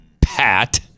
Pat